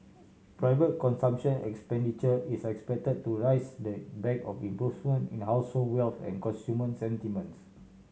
private consumption expenditure is expected to rise they in back of improvement in household wealth and consumer sentiments